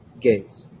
gates